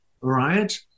right